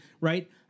right